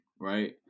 right